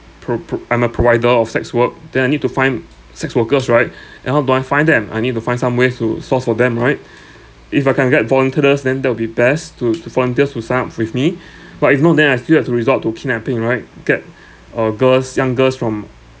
pro pro I'm a provider of sex work then I need to find sex workers right and how do I find them I need to find some ways to source for them right if I can get volunteers then that would be best to to volunteers who sign up with me but if not then I still have to resort to kidnapping right get uh girls young girls from